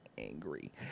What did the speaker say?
Angry